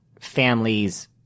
families